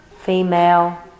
female